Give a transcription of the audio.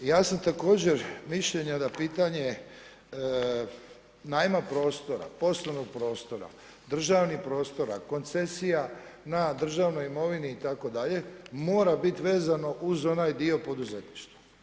Ja sam također mišljenja d pitanje najma prostora, poslovnog prostora, državnih prostora, koncesija na državnoj imovini itd., mora biti vezano uz onaj dio poduzetništva.